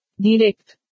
Direct